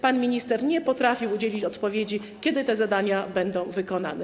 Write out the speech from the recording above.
Pan minister nie potrafił udzielić odpowiedzi, kiedy te zadania będą wykonane.